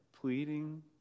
pleading